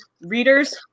readers